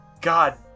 god